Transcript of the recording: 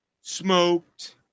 smoked